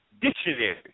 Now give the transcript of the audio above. dictionary